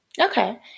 Okay